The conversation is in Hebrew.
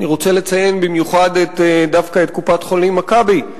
אני רוצה לציין במיוחד דווקא את קופת-החולים "מכבי",